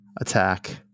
attack